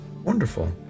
Wonderful